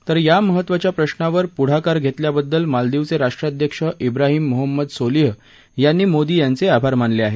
तर या महत्त्वाच्या प्रश्नावर पुढाकार घेतल्याबद्दल मालदीवचे राष्ट्राध्यक्ष ब्राहीम मोहम्मद सोलीह यांनी मोदी यांचे आभार मानले आहेत